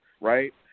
Right